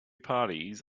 parties